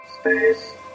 Space